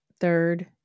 third